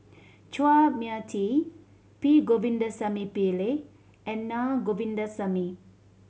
Chua Mia Tee P Govindasamy Pillai and Naa Govindasamy